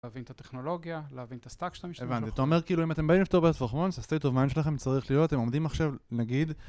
להבין את הטכנולוגיה, להבין את ה... שאתה משתמש בו. - הבנתי, ואתה אומר כאילו אם אתם באים לפתור בעצמכם, הסטייט אוף מיינד שלכם צריך להיות, הם עומדים עכשיו, נגיד,